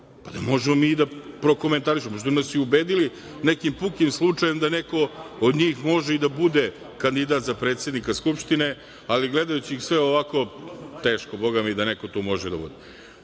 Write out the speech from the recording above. Pa, da možemo mi da prokomentarišemo možda su nas i ubedili nekim pukim slučajem da neko od njih može i da bude kandidat za predsednika Skupštine, ali gledajući sve ovako teško Boga mi da neko to može da bude. Bilo